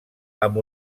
amb